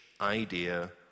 idea